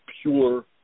pure